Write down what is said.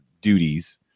Duties